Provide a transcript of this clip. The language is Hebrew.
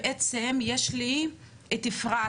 בעצם יש לי את אפרת,